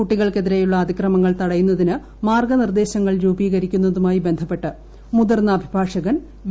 കുട്ടികൾക്കെതിരെയുള്ള അതിക്രമങ്ങൾ തടയുന്നതിന് മാർഗ്ഗനിർദ്ദേശങ്ങൾ രൂപീകരിക്കുന്നതുമായി ബന്ധപ്പെട്ട് മുതിർന്ന അഭിഭാഷകൻ വി